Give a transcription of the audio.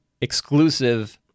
exclusive